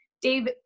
Dave